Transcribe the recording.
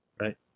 Right